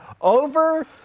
over